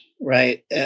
Right